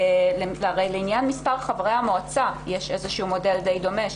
הרי לעניין מספר חברי המועצה יש איזשהו מודל דומה למדי,